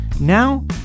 Now